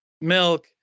milk